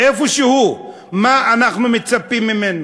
מה אנחנו מצפים ממנו?